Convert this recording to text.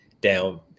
down